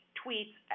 tweets